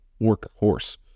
workhorse